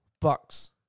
bucks